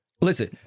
Listen